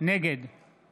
נגד